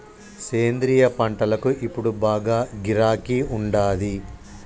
సేంద్రియ పంటలకు ఇప్పుడు బాగా గిరాకీ ఉండాది